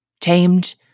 tamed